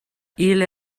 ille